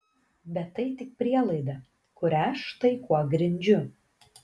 bet tai tik prielaida kurią štai kuo grindžiu